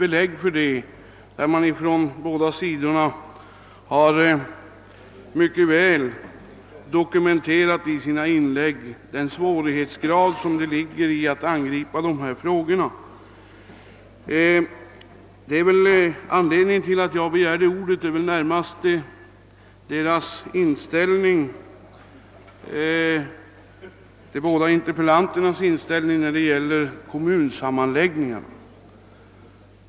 Svårigheisgraden har från bägge sidor utförligt dokumenterats — det är inte lätt att angripa proiblemen. Att jag begärt ordet beror närmast på de båda interpellanternas inställning till kommunsammanläggningar.